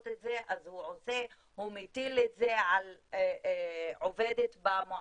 את זה אז הוא עושה והוא מטיל את זה על עובדת במועצה.